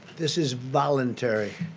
this is voluntary.